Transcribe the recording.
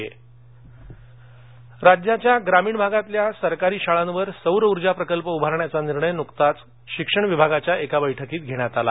intro सौर उर्जा राज्याच्या ग्रामीण भागातल्या सरकारी शाळांवर सौर ऊर्जा प्रकल्प उभारण्याचा निर्णय नुकताच शिक्षण विभागाच्या एका बैठकीत घेण्यात आला